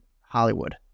Hollywood